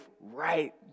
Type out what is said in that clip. right